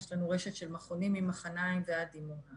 יש לנו רשת מכונים ממחניים ועד אילת.